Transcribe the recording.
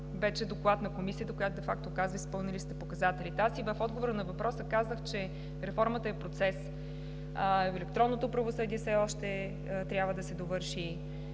вече Доклад на Комисията, която де факто казва: „Изпълнили сте показателите!“ И в отговора на въпроса казах, че реформата е процес. Електронното правосъдие все още трябва да се довърши,